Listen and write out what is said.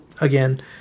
again